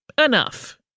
Enough